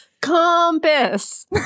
Compass